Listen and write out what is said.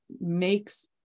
makes